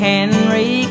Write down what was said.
Henry